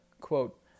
quote